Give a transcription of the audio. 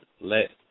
let